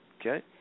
Okay